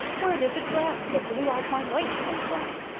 where did the draught that blew out my light come from?